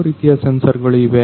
ಯಾವ ರೀತಿಯ ಸೆನ್ಸರ್ ಗಳು ಇವೆ